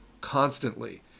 constantly